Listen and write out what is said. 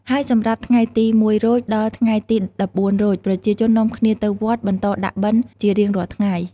ហើយសម្រាប់ថ្ងៃទី០១រោច ដល់ថ្ងៃទី១៤រោច ប្រជាជននាំគ្នាទៅវត្ត បន្តដាក់បិណ្ឌជារៀងរាល់ថ្ងៃ។